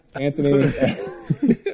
Anthony